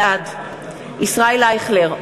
בעד ישראל אייכלר,